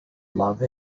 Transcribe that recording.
love